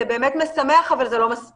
זה באמת משמח, אבל זה לא מספיק